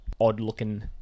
odd-looking